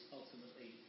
ultimately